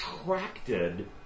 attracted